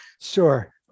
Sure